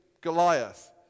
Goliath